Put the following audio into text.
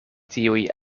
tiuj